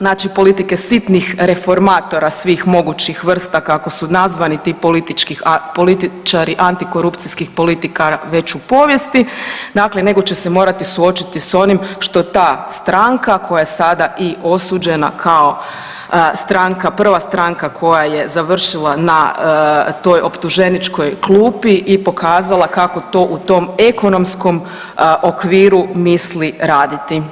Znači politike sitnih reformatora svih mogućih vrsta kako su nazvani ti političari antikorupcijskih politika već u povijesti, dakle nego će se morati suočiti sa onim što ta stranka koja je sada i osuđena kao stranka, prva stranka koja je završila na toj optuženičkoj klupi i pokazala to kako to u tom ekonomskom okviru misli raditi.